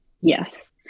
Yes